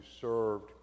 served